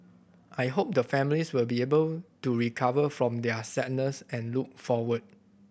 I hope the families will be able to recover from their sadness and look forward